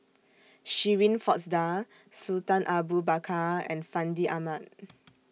Shirin Fozdar Sultan Abu Bakar and Fandi Ahmad